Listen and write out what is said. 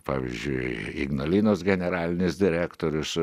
pavyzdžiui ignalinos generalinis direktorius